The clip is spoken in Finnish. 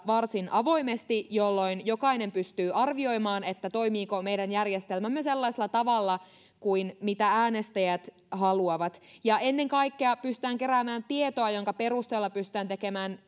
varsin avoimesti jolloin jokainen pystyy arvioimaan toimiiko meidän järjestelmämme sellaisella tavalla kuin äänestäjät haluavat ennen kaikkea pystytään keräämään tietoa jonka perusteella pystytään tekemään